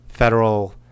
federal